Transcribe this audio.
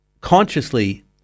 Consciously